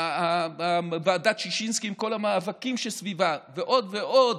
ועדת ששינסקי עם כל המאבקים שסביבה ועוד ועוד,